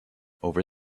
over